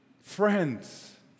Friends